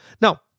Now